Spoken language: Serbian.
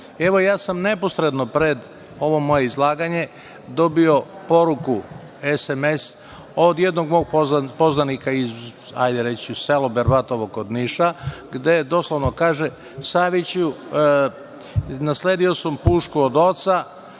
nanosi. Evo, neposredno pred ovo moje izlaganje, ja sam dobio SMS poruku od jednog mog poznanika iz, ajde reći ću, sela Berbatovo kod Niša, gde doslovno kaže – Saviću, nasledio sam pušku od oca,